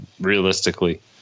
realistically